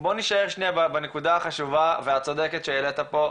בוא נישאר שניה בנקודה החשובה והצודקת שהעלית פה,